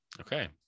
Okay